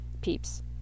peeps